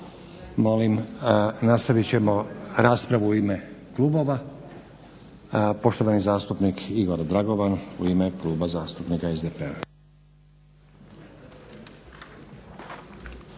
Nastavit ćemo raspravu u ime klubova. Poštovani zastupnik Igor Dragovan u ime Kluba zastupnika SDP-a.